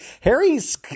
Harry's